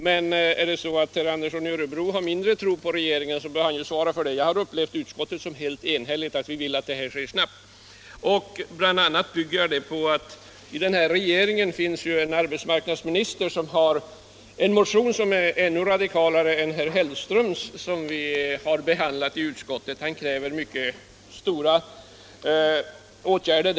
Men om herr Andersson i Örebro har mindre tro på regeringen bör han svara för det. Jag har upplevt utskottets uppfattning i denna fråga som helt enhällig. Vi vill att frågan skall få en snabb lösning. Jag bygger mitt ställningstagande bl.a. på att det i regeringen finns en arbetsmarknadsminister, som väckt en ännu radikalare motion än herr Hellströms och som vi har behandlat i utskottet. Herr Ahlmark kräver där mycket stora åtgärder.